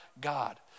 God